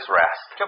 rest